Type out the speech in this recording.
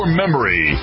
memory